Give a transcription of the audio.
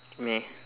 meh